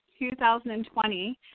2020